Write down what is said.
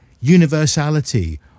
universality